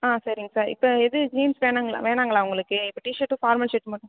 ஆ சரிங்க சார் இப்போ எதுவும் ஜீன்ஸ் வேணாங்களா வேணாங்களா உங்களுக்கு டீ ஷேர்ட்டும் ஃபார்மல் ஷேர்ட் மட்டும்